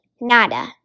Nada